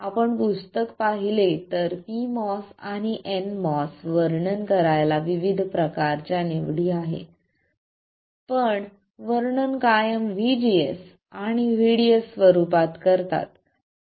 आपण पुस्तक पाहिले तर pMOS आणि nMOS वर्णन करायला विविध प्रकारच्या निवडी आहेत पण वर्णन कायम VGS आणि VDS स्वरूपात करतात